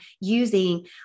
using